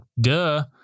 duh